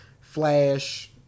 Flash